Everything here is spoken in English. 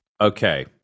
Okay